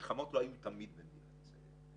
מלחמות לא היו תמיד במדינת ישראל.